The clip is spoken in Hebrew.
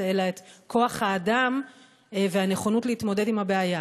אלא את כוח-האדם והנכונות להתמודד עם הבעיה?